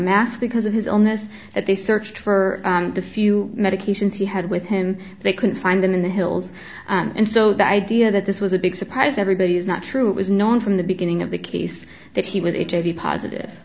mask because of his illness that they searched for the few medications he had with him they couldn't find them in the hills and so the idea that this was a big surprise everybody is not true it was known from the beginning of the case that he was hiv positive